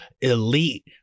elite